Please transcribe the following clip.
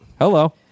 Hello